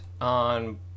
on